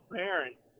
parents